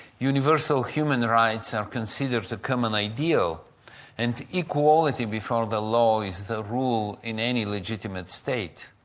universal human rights are considered to come an ideal and equality before the law is the rule in any legitimate state.